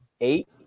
eight